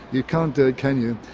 you can't do it, can you?